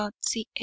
ca